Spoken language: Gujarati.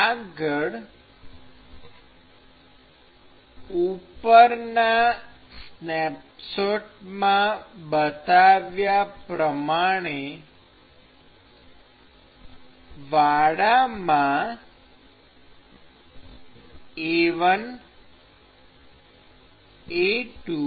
આગળ ઉપરના સ્નેપશોટમાં બતાવ્યા પ્રમાણે વાડા માં A1 A2